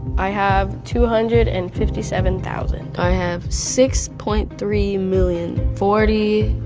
i have two hundred and fifty seven thousand. i have six point three million. forty